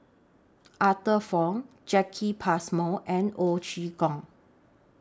Arthur Fong Jacki Passmore and Ho Chee Kong